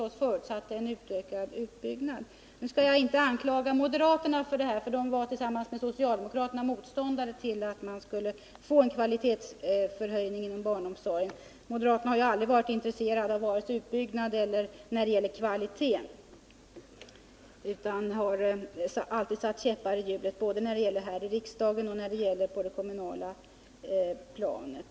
Då förutsattes naturligtvis också en ökad utbyggnad. Men jag skall inte anklaga moderaterna i det sammanhanget, för de var tillsammans med socialdemokraterna motståndare till höjd kvalitet inom barnomsorgen. Moderaterna har ju aldrig varit intresserade av vare sig utbyggnad eller kvalitet utan har alltid när det gällt barnomsorgen satt käppar i hjulen både här i riksdagen och på det kommunala planet.